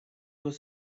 was